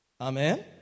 Amen